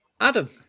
Adam